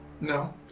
No